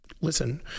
Listen